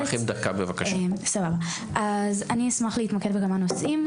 אני אשמח להתמקד בכמה נושאים.